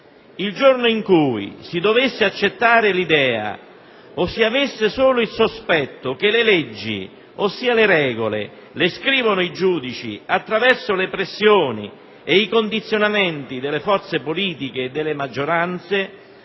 Il giorno in cui si dovesse accettare l'idea o si avesse solo il sospetto che le leggi, ossia le regole, vengono scritte dai giudici attraverso pressioni e condizionamenti sulle forze politiche e sulle maggioranze